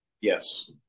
Yes